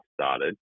started